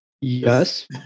Yes